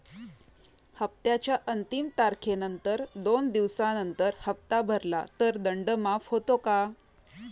हप्त्याच्या अंतिम तारखेनंतर दोन दिवसानंतर हप्ता भरला तर दंड माफ होतो का?